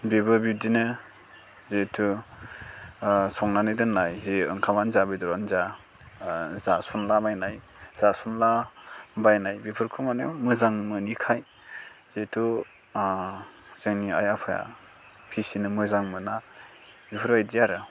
बेबो बिदिनो जेहेथु संनानै दोन्नाय जे ओंखामानो जा बेदरानो जा जासनला बायनाय जासनलाबायनाय बेफोरखौ मानि मोजां मोनिखाय जेहेथु जोंनि आइ आफाया फिसिनो मोजां मोना बेफोरबायदि आरो